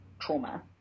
trauma